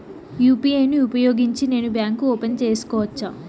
UPI ను ఉపయోగించి నేను బ్యాంకు ఓపెన్ సేసుకోవచ్చా?